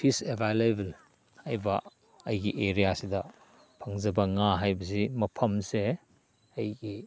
fees available ꯍꯥꯏꯕ ꯑꯩꯒꯤ ꯑꯦꯔꯤꯌꯥꯁꯤꯗ ꯐꯪꯖꯕ ꯉꯥ ꯍꯥꯏꯕꯁꯤ ꯃꯐꯝꯁꯦ ꯑꯩꯒꯤ